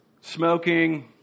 smoking